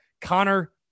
Connor